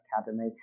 Academy